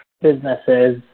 businesses